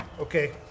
Okay